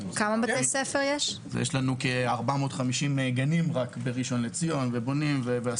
יש לנו כ-450 גנים ועשרות